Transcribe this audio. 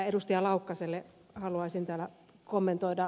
laukkaselle haluaisin täällä kommentoida